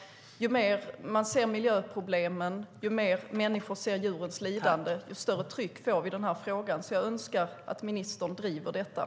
Ju mer vi ser av miljöproblemen, ju mer vi ser av djurens lidande, desto större tryck får vi i den här frågan. Jag hoppas därför att ministern driver frågan.